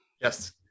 Yes